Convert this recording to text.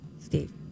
Steve